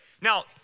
Now